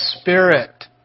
spirit